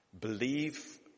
believe